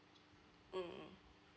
mm mm